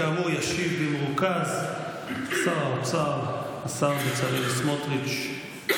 כאמור, ישיב במרוכז שר האוצר בצלאל סמוטריץ'.